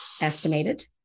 Estimated